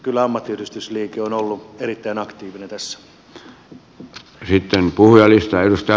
kyllä ammattiyhdistysliike on ollut erittäin aktiivinen tässä